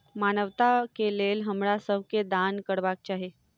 मानवता के लेल हमरा सब के दान करबाक चाही